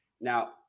Now